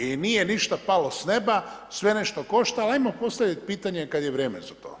I nije ništa palo s neba, sve nešto košta, ali ajmo postaviti pitanje kad je vrijem za to?